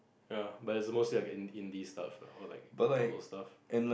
ya but its mostly like a indi indi stuff or like local stuff